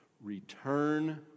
return